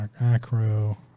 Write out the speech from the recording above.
Acro